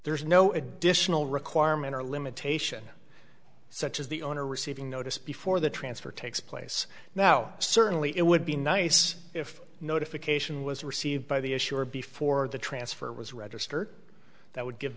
there is no additional requirement or limitation such as the owner receiving notice before the transfer takes place now certainly it would be nice if notification was received by the issuer before the transfer was registered that would give